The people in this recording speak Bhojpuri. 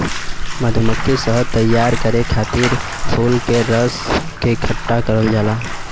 मधुमक्खी शहद तैयार करे खातिर फूल के रस के इकठ्ठा करल जाला